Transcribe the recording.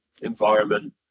environment